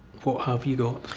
what have you got?